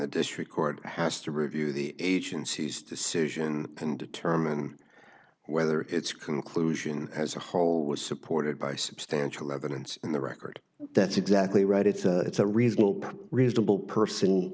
the district court has to review the agency's decision and determine whether its conclusion as a whole was supported by substantial evidence in the record that's exactly right it's a it's a reasonable reasonable person